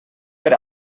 per